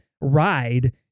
ride